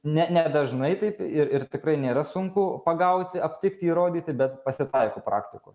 ne nedažnai taip ir ir tikrai nėra sunku pagauti aptikti įrodyti bet pasitaiko praktikų